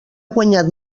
guanyat